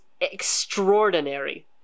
Extraordinary